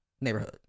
neighborhood